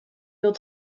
dut